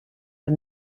der